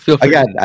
again